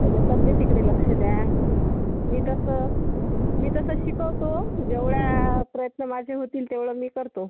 त्याच्या तब्येतीकडे लक्ष द्या मी तसं मी तसं शिकवतो जेवढा प्रयत्न माझे होतील तेवढं मी करतो